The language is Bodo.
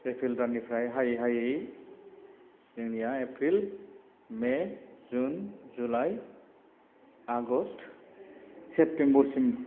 एप्रिल दाननिफ्राय हायै हायै जोंनिया April May June July August' सेप्टेम्बरसिम